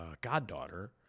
goddaughter